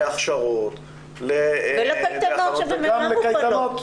להכשרות --- ולקייטנות שממילא מופעלות.